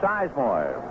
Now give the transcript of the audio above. Sizemore